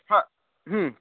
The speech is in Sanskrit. हा